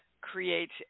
creates